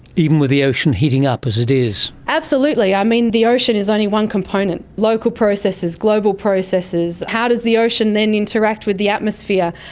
even with the ocean heating up as it is? absolutely, i mean, the ocean is only one component. local processes, global processes, how does the ocean then interact with the atmosphere,